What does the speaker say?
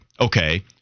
Okay